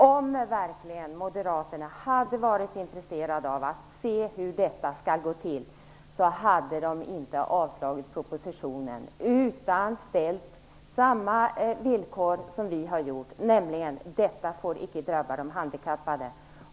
Om moderaterna verkligen hade varit intresserade av att se hur detta skall gå till hade de inte yrkat avslag på propositionen utan ställt samma villkor som vi har gjort, nämligen att detta icke får drabba de handikappade.